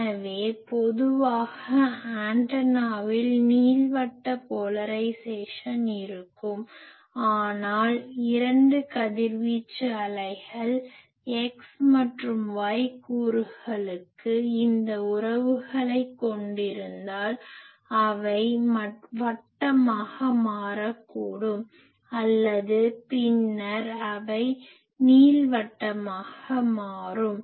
எனவே பொதுவாக ஆண்டனாவில் நீள்வட்ட போலரைஸேசன் இருக்கும் ஆனால் இரண்டு கதிர்வீச்சு அலைகள் X மற்றும் Y கூறுகளுக்கு இந்த உறவுகளைக் கொண்டிருந்தால் அவை வட்டமாக மாறக்கூடும் அல்லது பின்னர் அவை நீள்வட்டமாக மாறும்